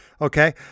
Okay